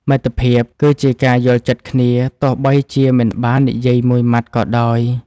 មិត្តភាពគឺជាការយល់ចិត្តគ្នា ទោះបីជាមិនបាននិយាយមួយម៉ាត់ក៏ដោយ។